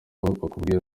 bakubwira